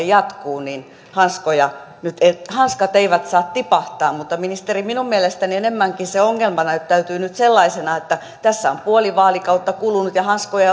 jatkuu niin nyt hanskat eivät saa tipahtaa mutta ministeri minun mielestäni enemmänkin se ongelma näyttäytyy nyt sellaisena että tässä on puoli vaalikautta kulunut ja hanskoja